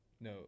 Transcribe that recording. no